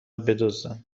بدزدن